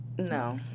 no